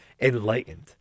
enlightened